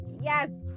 yes